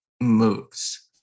moves